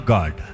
God